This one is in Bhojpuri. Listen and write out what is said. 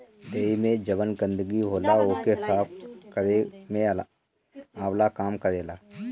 देहि में जवन गंदगी होला ओके साफ़ केरे में आंवला काम करेला